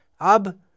Ab